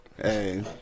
Hey